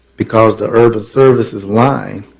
because the urban services like